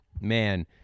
man